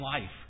life